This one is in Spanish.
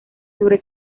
sobre